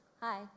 Hi